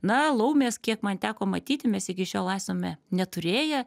na laumės kiek man teko matyti mes iki šiol esame neturėję